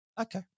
Okay